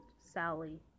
Sally